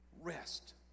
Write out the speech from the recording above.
rest